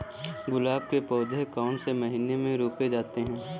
गुलाब के पौधे कौन से महीने में रोपे जाते हैं?